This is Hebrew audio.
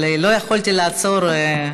אבל לא יכולתי לעצור.